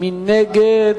מי נגד?